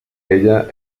ella